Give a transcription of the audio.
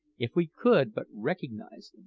if we could but recognise